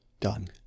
Done